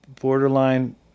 borderline